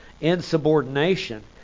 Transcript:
Insubordination